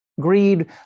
Greed